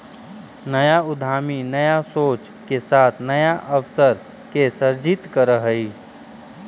नया उद्यमी नया सोच के साथ नया अवसर के सृजित करऽ हई